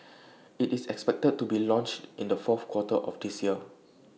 IT is expected to be launched in the fourth quarter of this year